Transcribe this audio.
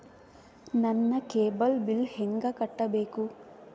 ನನ್ನ cable bill ಹೆಂಗ ಕಟ್ಟಬೇಕು?